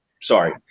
Sorry